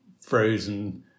frozen